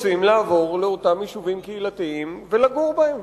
רוצים לעבור לאותם יישובים קהילתיים ולגור בהם,